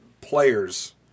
players